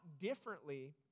differently